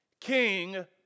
King